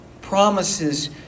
Promises